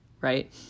Right